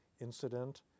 incident